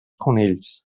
conills